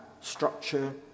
structure